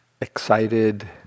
excited